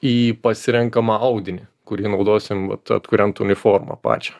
į pasirenkamą audinį kurį naudosim vat atkuriant uniformą pačią